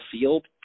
field